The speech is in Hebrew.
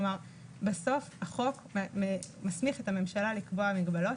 כלומר, בסוף החוק מסמיך את הממשלה לקבוע מגבלות.